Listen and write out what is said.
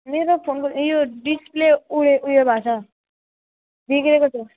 मेरो फोनको यो डिसप्ले उडे ऊ यो भएको छ बिग्रेको छ